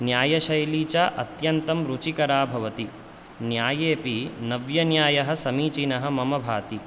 न्यायशैली च अत्यन्तं रुचिकरा भवति न्यायेपि नव्यन्यायः समीचिनः मम भाति